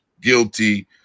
Guilty